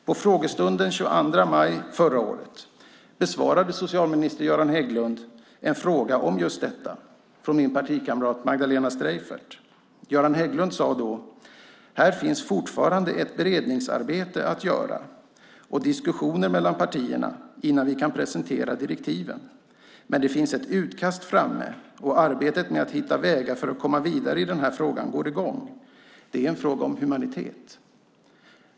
På frågestunden den 22 maj förra året besvarade socialminister Göran Hägglund en fråga om detta från min partikamrat Magdalena Streijffert. Göran Hägglund sade då: "Här finns fortfarande ett beredningsarbete att göra och diskussioner mellan partierna innan vi kan presentera direktiven. Men det finns ett utkast framme, och arbetet med att hitta vägar för att komma vidare i den här frågan går i gång. Det är en fråga om humanitet."